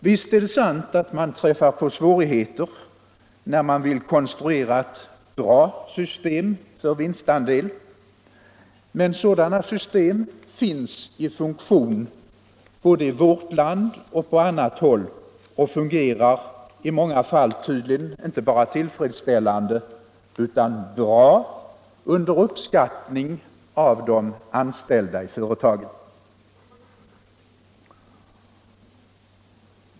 Visst är det sant att man träffar på svårigheter när man vill konstruera ett bra system för vinstandel, men sådana system finns i funktion både i vårt land och på annat håll och fungerar i många fall tydligen inte bara tillfredsställande utan bra och uppskattas av de anställda i företagen.